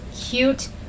cute